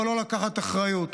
אבל לא לקחת אחריות.